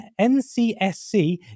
NCSC